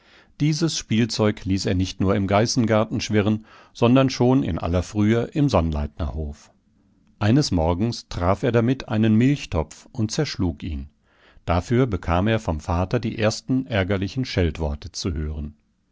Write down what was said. dieses spielzeug ließ er nicht nur im geißengarten schwirren sondern schon in aller frühe im sonnleitnerhof eines morgens traf er damit einen milchtopf und zerschlug ihn dafür bekam er vom vater die ersten ärgerlichen scheltworte zu hören